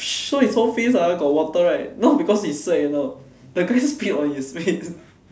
so his whole face ah got water right not because he sweat you know the guy just spit on his face